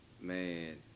man